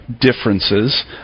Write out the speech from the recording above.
differences